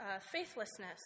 faithlessness